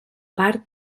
part